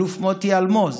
האלוף מוטי אלמוז,